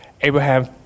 Abraham